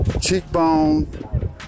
cheekbone